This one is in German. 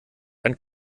dann